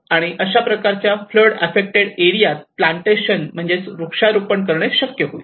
आणि अशा प्रकारच्या फ्लड आफ्फेक्टेड एरियात प्लांटेशन वृक्षारोपण करणे शक्य होईल